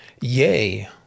Yay